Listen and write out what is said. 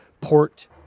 Port